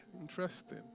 Interesting